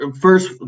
first